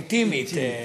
באווירה מאוד אינטימית,